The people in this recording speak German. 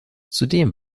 zudem